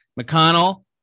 mcconnell